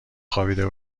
خوابیده